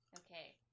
okay